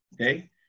Okay